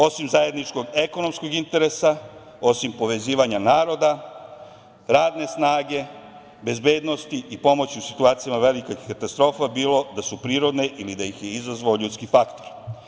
Osim zajedničkog ekonomskog interesa, osim povezivanja naroda, radne snage, bezbednosti i pomoći u situacijama velikih katastrofa bilo da su prirodne ili da ih je izazvao ljudski faktor.